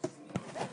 הישיבה